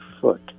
foot